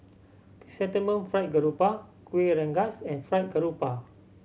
Chrysanthemum Fried Garoupa Kueh Rengas and Fried Garoupa